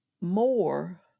more